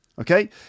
Okay